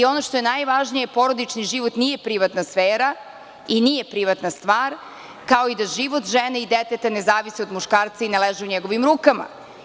Ono što je najvažnije, porodični život nije privatna sfera i nije privatna stvar, kao da i život žene i deteta ne zavisi od muškarca i ne leži u njegovim rukama.